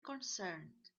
concerned